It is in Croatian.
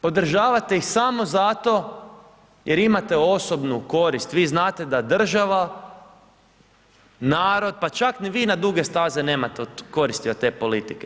Podržavate ih samo zato jer imate osobnu korist, vi znate da država, narod, pa čak ni vi na duge staze nemate koristi od te politike.